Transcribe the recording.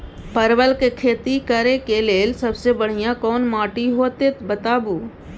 परवल के खेती करेक लैल सबसे बढ़िया कोन माटी होते बताबू?